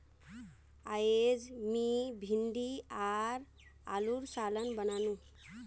अयेज मी भिंडी आर आलूर सालं बनानु